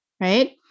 right